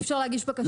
אי אפשר להגיש בקשה.